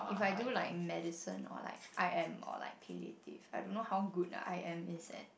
if I do like medicine or like I am or like palliative I don't know how good I am is at